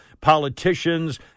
politicians